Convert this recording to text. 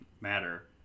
matter